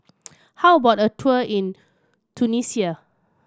how about a tour in Tunisia